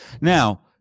Now